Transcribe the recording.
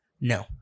No